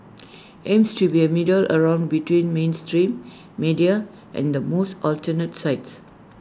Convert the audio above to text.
aims to be A middle ground between mainstream media and the most alternative sites